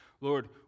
Lord